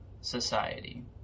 society